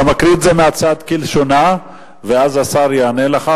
אתה מקריא אותה מהצד כלשונה ואז השר יענה לך,